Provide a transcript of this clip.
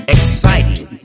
Exciting